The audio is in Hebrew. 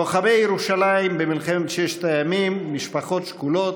לוחמי ירושלים במלחמת ששת הימים, משפחות שכולות,